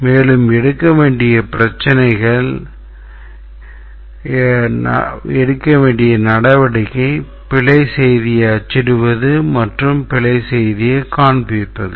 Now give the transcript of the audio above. மேலும் எடுக்க வேண்டிய நடவடிக்கை பிழை செய்தியை அச்சிடுவது அல்லது பிழை செய்தியைக் காண்பிப்பது